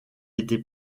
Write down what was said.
était